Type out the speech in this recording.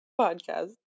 podcast